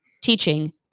teaching